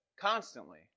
constantly